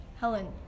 Helen